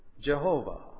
Jehovah